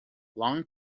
long